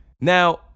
Now